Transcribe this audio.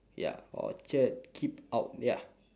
ya orchard keep out ya